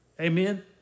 Amen